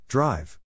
Drive